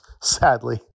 sadly